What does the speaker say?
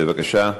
בבקשה.